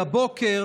הבוקר